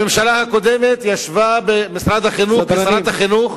בממשלה הקודמת ישבה במשרד החינוך כשרת החינוך